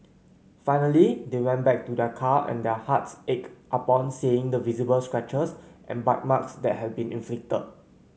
finally they went back to their car and their hearts ached upon seeing the visible scratches and bite marks that had been inflicted